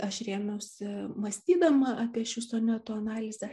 aš rėmiausi mąstydama apie šių sonetų analizę